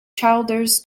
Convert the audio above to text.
childers